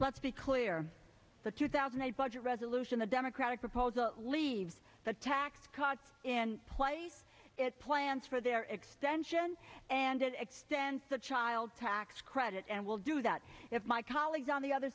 let's be clear the two thousand and eight budget resolution a democratic proposal leaves the tax cuts in place plans for their extension and extend the child tax credit and will do that if my colleagues on the other